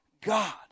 God